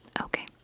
Okay